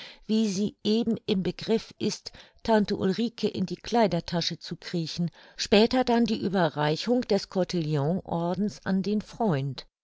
wie sie eben im begriff ist tante ulrike in die kleidertasche zu kriechen später dann die ueberreichung des cotillonordens an den freund